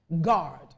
guard